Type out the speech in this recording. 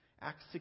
Acts